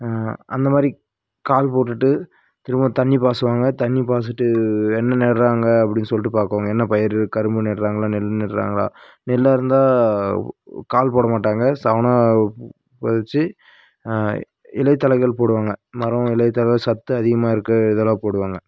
அந்தமாதிரி கால் போட்டுட்டு திரும்ப தண்ணி பாய்ச்சுவாங்க தண்ணி பாய்ச்சிட்டு என்ன நடுறாங்க அப்படின்னு சொல்லிட்டு பார்க்குவாங்க என்ன பயிர் கரும்பு நடுறாங்களா நெல்லு நடுறாங்களா நெல்லாக இருந்தால் கால் போட மாட்டாங்க சவன விதச்சி இலைதழைகள் போடுவாங்கள் மரம் இலைதழ சத்து அதிகமாக இருக்கிற இதெல்லாம் போடுவாங்கள்